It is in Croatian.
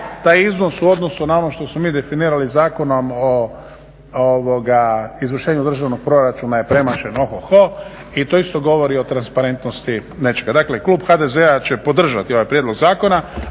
Taj je iznos u odnosu na ono što smo mi definirali Zakonom o izvršenju državnog proračuna je premašen ohoho i to isto govori i transparentnosti. Znači, klub HDZ-a će podržati ovaj prijedlog zakona,